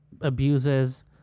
abuses